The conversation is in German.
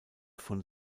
von